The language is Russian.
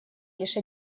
лишь